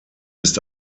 ist